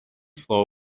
floor